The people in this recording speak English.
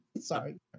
Sorry